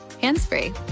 hands-free